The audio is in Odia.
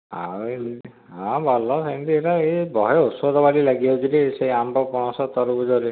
ଆଉ ଏମିତି ହଁ ଭଲ ସେମିତି ଏଇଛା ଏ ଘରେ ଔଷଦ ଦେବାରେ ଲାଗିଯାଉଛି ଯେ ସେ ଆମ୍ବ ପଣସ ତରଭୁଜରେ